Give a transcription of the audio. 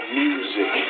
music